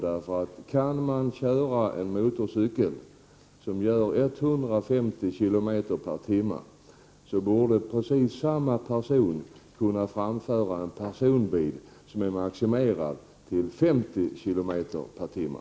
Det är ju så att den person som kan köra en motorcykel som gör 150 km per timme också borde kunna framföra en personbil vars hastighet är maximerad till 50 km per timme.